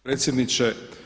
Predsjedniče.